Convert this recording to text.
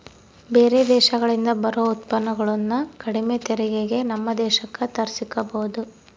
ಬೇರೆ ದೇಶಗಳಿಂದ ಬರೊ ಉತ್ಪನ್ನಗುಳನ್ನ ಕಡಿಮೆ ತೆರಿಗೆಗೆ ನಮ್ಮ ದೇಶಕ್ಕ ತರ್ಸಿಕಬೊದು